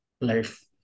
life